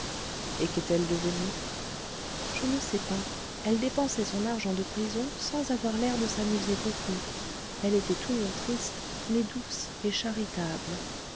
et qu'est-elle devenue je ne sais pas elle dépensait son argent de prison sans avoir l'air de s'amuser beaucoup elle était toujours triste mais douce et charitable